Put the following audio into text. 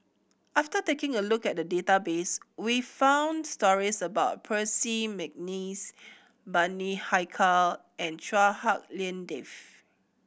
after taking a look at the database we found stories about Percy McNeice Bani Haykal and Chua Hak Lien Dave